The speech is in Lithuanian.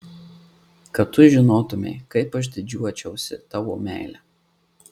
kad tu žinotumei kaip aš didžiuočiausi tavo meile